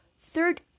Third